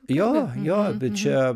jo jo čia